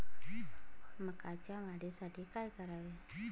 मकाच्या वाढीसाठी काय करावे?